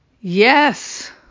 Yes